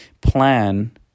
plan